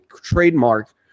trademark